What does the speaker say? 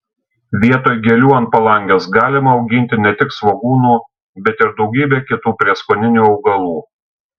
vietoj gėlių ant palangės galima auginti ne tik svogūnų bet ir daugybę kitų prieskoninių augalų